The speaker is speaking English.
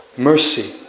mercy